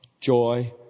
Joy